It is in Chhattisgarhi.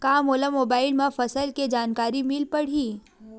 का मोला मोबाइल म फसल के जानकारी मिल पढ़ही?